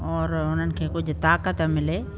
और उन्हनि खे कुझु ताक़त मिले